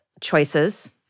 choices